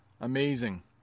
amazing